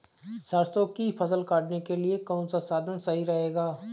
सरसो की फसल काटने के लिए कौन सा साधन सही रहेगा?